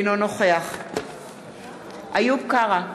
אינו נוכח איוב קרא,